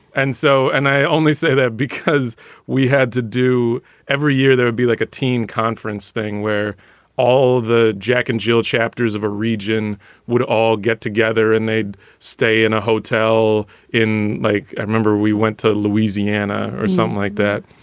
and so and i only say that because we had to do every year, there would be like a teen conference thing where all the jack and jill chapters of a region would all get together and they'd stay in a hotel in like i remember we went to louisiana or something like that.